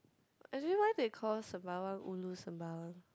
actually why they call sembawang ulu sembawang